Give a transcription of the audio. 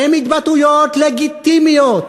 הן התבטאויות לגיטימיות.